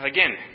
Again